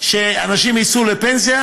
שבו אנשים יצאו לפנסיה,